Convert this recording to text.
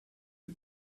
who